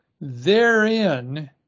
therein